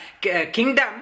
kingdom